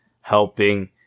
helping